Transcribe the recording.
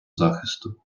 захисту